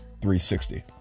360